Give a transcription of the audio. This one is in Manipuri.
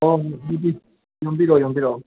ꯌꯣꯝꯕꯤꯔꯣ ꯌꯣꯝꯕꯤꯔꯣ